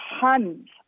tons